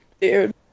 Dude